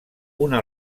una